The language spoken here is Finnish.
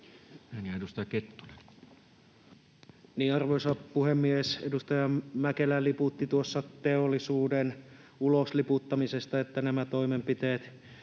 arvoisa puhemies! Edustaja Mäkelä liputti tuossa teollisuuden ulosliputtamisesta, siitä, että nämä toimenpiteet,